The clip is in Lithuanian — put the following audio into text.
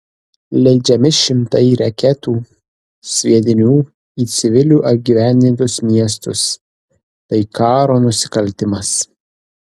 leidžiami šimtai reketų sviedinių į civilių apgyvendintus miestus tai karo nusikaltimas